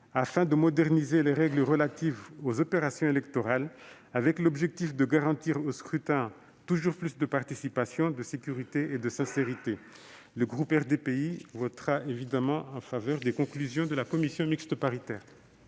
afin de moderniser les règles relatives aux opérations électorales dans l'objectif de garantir au scrutin toujours plus de participation, de sécurité et de sincérité. Le groupe RDPI votera les conclusions de la commission mixte paritaire.